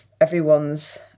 everyone's